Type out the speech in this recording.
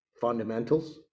fundamentals